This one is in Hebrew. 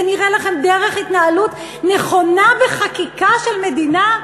זה נראה לכם דרך התנהלות נכונה בחקיקה של מדינה?